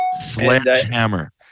sledgehammer